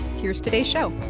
here's today's show